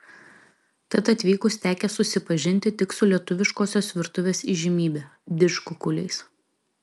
tad atvykus tekę susipažinti tik su lietuviškosios virtuvės įžymybe didžkukuliais